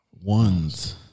Ones